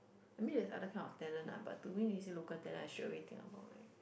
I mean there's other kind of talent lah but to me if you say local talent I straight away think about like